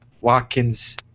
Watkins